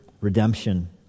redemption